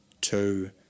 two